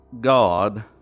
God